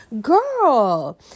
girl